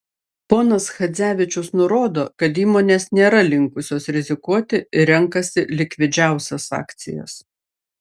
ponas chadzevičius nurodo kad įmonės nėra linkusios rizikuoti ir renkasi likvidžiausias akcijas